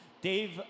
Dave